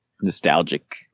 nostalgic